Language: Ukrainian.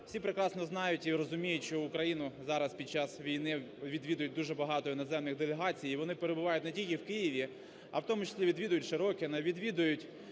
Все прекрасно знають і розуміють, що Україну зараз, під час війни відвідують дуже багато іноземних делегацій і вони перебувають не тільки в Києві, а, в тому числі, відвідують Широкино, відвідують